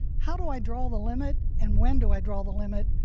how do i draw the limit and when do i draw the limit?